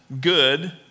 good